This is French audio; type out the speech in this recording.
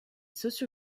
socio